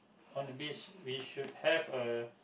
on the beach we should have a